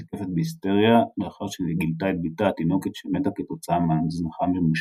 נתקפת בהיסטריה לאחר שגילתה את בתה התינוקת שמתה כתוצאה מהזנחה ממושכת.